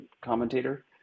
commentator